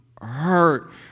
hurt